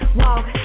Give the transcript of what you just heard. walk